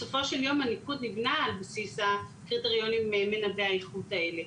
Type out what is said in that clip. בסופו של יום הניקוד נבנה על בסיס הקריטריונים מנבאי האיכות האלה,